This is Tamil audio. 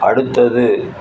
அடுத்தது